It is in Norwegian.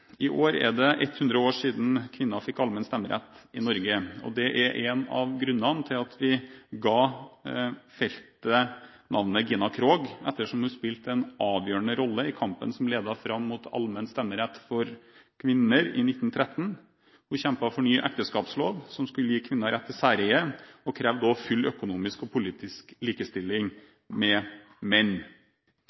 I år er det 100 år siden kvinner fikk allmenn stemmerett i Norge. Det er én av grunnene til at vi ga feltet navnet Gina Krog, ettersom hun spilte en avgjørende rolle i kampen som ledet fram mot allmenn stemmerett for kvinner i 1913. Hun kjempet for ny ekteskapslov, som skulle gi kvinner rett til særeie. Hun krevde også full økonomisk og politisk likestilling med menn.